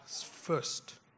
First